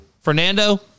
Fernando